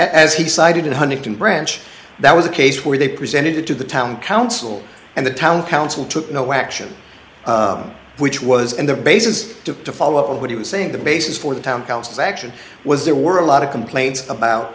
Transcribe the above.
as he cited in huntington branch that was a case where they presented it to the town council and the town council took no action which was and the basis to follow up on what he was saying the basis for the town council action was there were a lot of complaints about